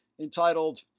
entitled